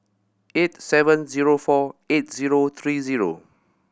eight seven zero four eight zero three zero